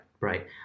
right